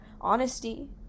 honesty